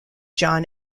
john